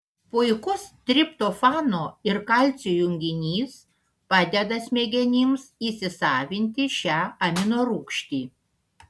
puikus triptofano ir kalcio junginys padeda smegenims įsisavinti šią aminorūgštį